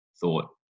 thought